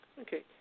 Okay